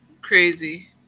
Crazy